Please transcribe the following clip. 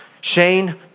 Shane